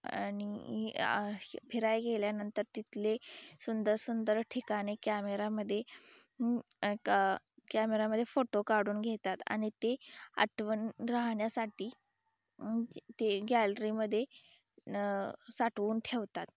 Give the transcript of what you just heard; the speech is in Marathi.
आणि फिरायं गेल्यानंतर तिथले सुंदरसुंदर ठिकाणे कॅमेरामध्ये कॅमेरामध्ये फोटो काढून घेतात आणि ते आठवण राहण्यासाठी ते गॅलरीमध्ये साठवून ठेवतात